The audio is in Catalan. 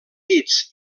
dits